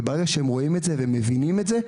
ברגע הם רואים את זה והם מבינים את זה,